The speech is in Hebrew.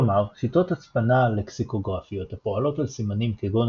כלומר שיטות הצפנה לקסיקוגרפיות הפועלות על סימנים כגון